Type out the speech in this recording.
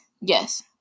Yes